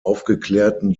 aufgeklärten